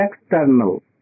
external